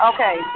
Okay